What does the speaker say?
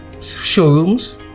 showrooms